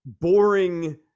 boring